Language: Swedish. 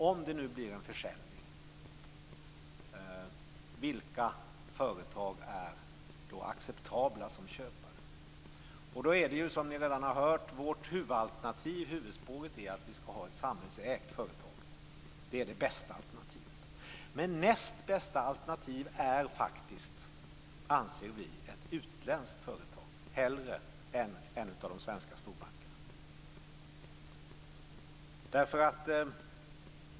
Om det nu blir en försäljning, vilka företag är då acceptabla som köpare? Som ni redan har hört är vårt huvudalternativ, huvudspåret, att vi skall ha ett samhällsägt företag. Det är det bästa alternativet. Men näst bästa alternativ är faktiskt ett utländskt företag hellre än en av de svenska storbankerna.